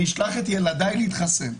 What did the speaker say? אשלח את ילדיי להתחסן.